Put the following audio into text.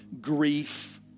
grief